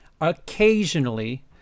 occasionally